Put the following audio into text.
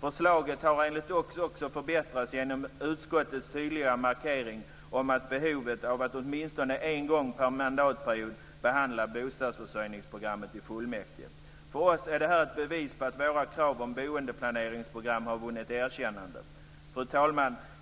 Förslaget har enligt oss också förbättrats genom utskottets tydliga markering om att behovet av att åtminstone en gång per mandatperiod behandla bostadsförsörjningsprogrammet i fullmäktige. För oss är detta ett bevis på att våra krav på boendeplaneringsprogram har vunnit erkännande. Fru talman!